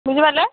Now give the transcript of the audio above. ବୁଝିପାରିଲେ